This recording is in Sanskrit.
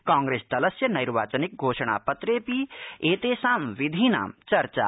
कांग्रेसदलस्य नैर्वाचनिक घोषणापत्रेऽपि एतेषां विधीनां चर्चा आसीत्